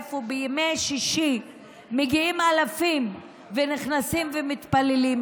איפה שבימי שישי מגיעים אלפים ונכנסים ומתפללים.